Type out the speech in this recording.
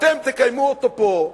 אתם תקיימו אותו פה.